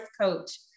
Coach